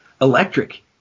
electric